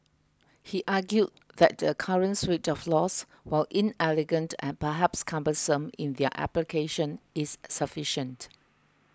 he argued that the current suite of laws while inelegant and perhaps cumbersome in their application is sufficient